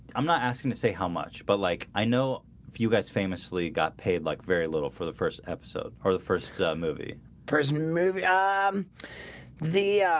i'm not asking to say how much but like i know you guys famously got paid like very little for the first episode or the first movie first movie um the